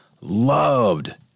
loved